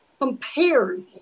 compared